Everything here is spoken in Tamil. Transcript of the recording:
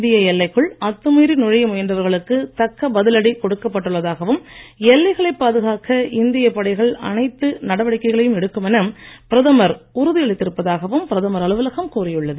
இந்திய எல்லைக்குள் அத்துமீறி நுழைய முயன்றவர்களுக்கு தக்க பதிலடி கொடுக்கப் பட்டுள்ளதாகவும் எல்லைகளைப் பாதுகாக்க இந்தியப் படைகள் அனைத்து நடவடிக்கைகளையும் எடுக்கும் என பிரதமர் உறுதி அளித்திருப்பதாகவும் பிரதமர் அலுவலகம் கூறியுள்ளது